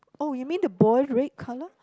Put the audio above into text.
oh you mean the boy red colour